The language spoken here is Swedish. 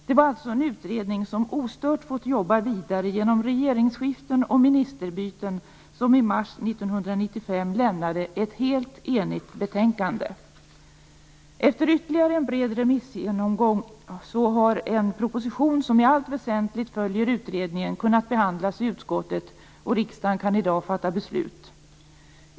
Det var alltså en utredning som ostört fått jobba vidare genom regeringsskiften och ministerbyten som i mars 1995 lämnade ett helt enigt betänkande. Efter ytterligare en bred remissomgång har en proposition som i allt väsentligt följer utredningen kunnat behandlas i utskottet, och riksdagen kan i dag fatta beslut.